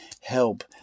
help